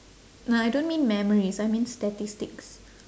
no I don't mean memories I mean statistics